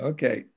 Okay